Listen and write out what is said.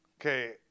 Okay